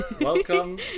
Welcome